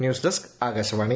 news desk Akashvani